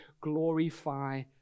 glorify